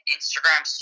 Instagram